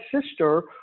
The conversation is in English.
sister